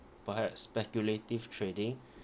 perhaps speculative trading